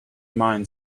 mind